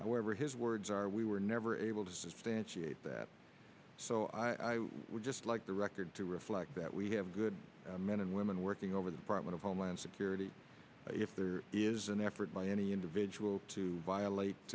however his words are we were never able to substantiate that so i would just like the record to reflect that we have good men and women working over the department of homeland security if there is an effort by any individual to violate